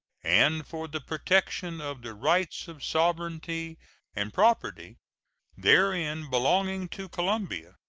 and for the protection of the rights of sovereignty and property therein belonging to colombia.